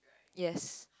yes